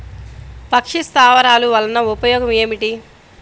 పక్షి స్థావరాలు వలన ఉపయోగం ఏమిటి?